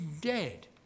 dead